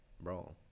bro